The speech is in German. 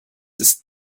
ist